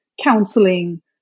counseling